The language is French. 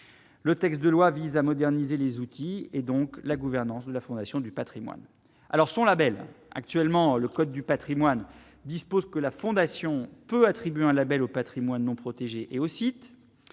le texte de loi vise à moderniser les outils et donc la gouvernance de la Fondation du Patrimoine alors son Label actuellement le code du Patrimoine dispose que la fondation peut attribuer un Label au Patrimoine non protégé et au site,